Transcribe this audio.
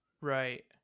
Right